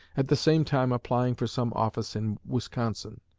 at the same time applying for some office in wisconsin.